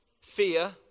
fear